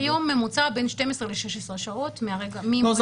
היום בממוצע בין 12 ל-16 שעות ממועד הדגימה.